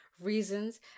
reasons